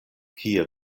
kie